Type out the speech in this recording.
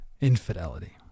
infidelity